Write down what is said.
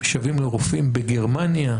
משוועים לרופאים בגרמניה,